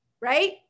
right